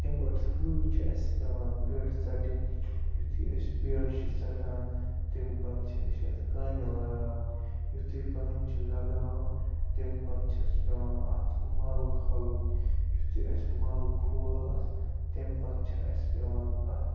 تمہِ گۄڈنٮ۪تھٕے چھِ اَسہِ پٮ۪وان بٮ۪ڈ ژَٹٕنۍ یُتھُے أسۍ بٮ۪ڈ چھِ ژَٹان تمہِ پَتہٕ چھِ أسۍ اَتھ کانہِ لگاوان یُتھُے کانہِ چھِ لگاوان تمہِ پَتہٕ چھِ اَسہِ پٮ۪وان اَتھ مَل کھالُن یُتھُے اَسہِ مَل کھول اَتھ تمہِ پَتہٕ چھِ اَسہِ پٮ۪وان اَتھ